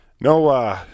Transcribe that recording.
no